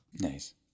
Nice